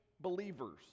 believers